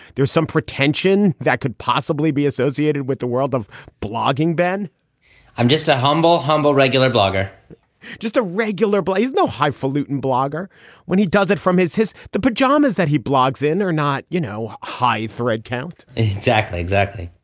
there's some pretension that could possibly be associated with the world of blogging, ben i'm just a humble, humble, regular blogger just a regular. but he's no highfalutin blogger when he does it from his his the pajamas that he blogs in or not, you know, high thread count. exactly. exactly.